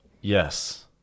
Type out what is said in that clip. Yes